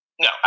No